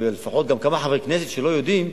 ולפחות גם כמה חברי כנסת שלא יודעים,